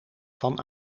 van